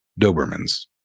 Dobermans